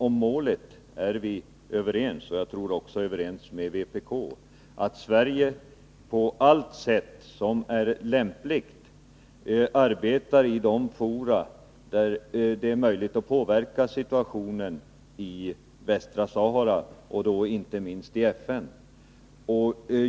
Om målet är vi överens — även vpk, tror jag — dvs. att Sverige på allt lämpligt sätt skall arbeta ide fora som har möjlighet att påverka situationen i Västra Sahara, inte minst i FN.